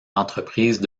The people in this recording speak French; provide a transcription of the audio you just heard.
entreprises